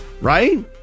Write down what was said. right